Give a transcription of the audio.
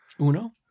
UNO